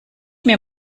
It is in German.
mir